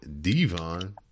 Devon